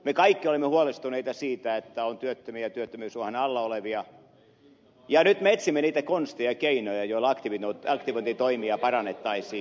me kaikki olemme huolestuneita siitä että on työttömiä ja työttömyysuhan alla olevia ja nyt me etsimme niitä konsteja ja keinoja joilla aktivointitoimia parannettaisiin